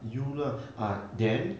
you lah ah then